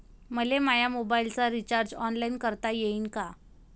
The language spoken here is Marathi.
मले माया मोबाईलचा रिचार्ज ऑनलाईन करता येईन का?